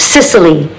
Sicily